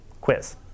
quiz